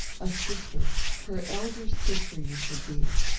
a sister her elder sister, you should be.